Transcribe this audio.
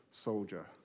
soldier